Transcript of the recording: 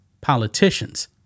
politicians